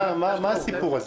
מה הסיפור הזה?